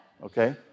Okay